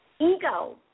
Ego